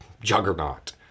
juggernaut